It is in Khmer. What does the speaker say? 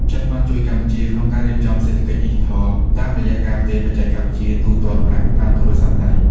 ចិនបានជួយកម្ពុជាក្នុងការរៀបចំ "សេដ្ឋកិច្ចឌីជីថល" តាមរយៈការផ្ទេរបច្ចេកវិទ្យាទូទាត់ប្រាក់តាមទូរស័ព្ទដៃ។